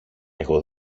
εγώ